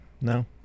no